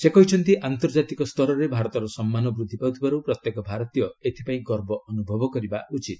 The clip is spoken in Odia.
ସେ କହିଛନ୍ତି ଆନ୍ତର୍ଜାତିକ ସ୍ତରରେ ଭାରତର ସମ୍ମାନ ବୃଦ୍ଧି ପାଉଥିବାରୁ ପ୍ରତ୍ୟେକ ଭାରତୀୟ ଏଥିପାଇଁ ଗର୍ବ ଅନୁଭବ କରିବା ଉଚିତ